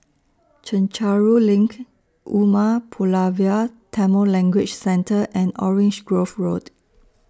Chencharu LINK Umar Pulavar Tamil Language Centre and Orange Grove Road